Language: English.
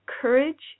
courage